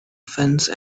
fence